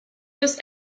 was